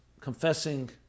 confessing